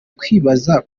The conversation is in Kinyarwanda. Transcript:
kwibaza